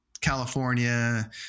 California